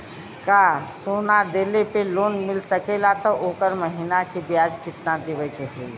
का सोना देले पे लोन मिल सकेला त ओकर महीना के ब्याज कितनादेवे के होई?